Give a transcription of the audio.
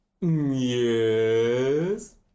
Yes